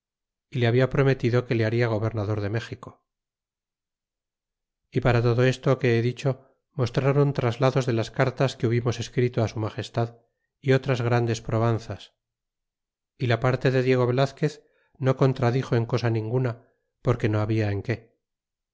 le habia prometido que le haria gobernaijsl méxico y para todo esto que he dicho mostrron traslados de las cartas que hubimos escrito su magestad otras grandes probanzas y la parte de diego velazquez no contradixo en cosa ninguna porque no halla en que